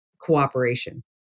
cooperation